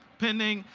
pending,